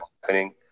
happening